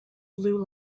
blue